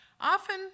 Often